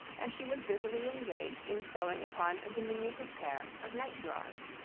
and she was busily engaged in sewing upon a diminutive pair of night-drawers.